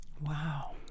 Wow